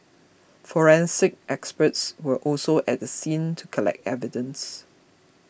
forensic experts were also at the scene to collect evidence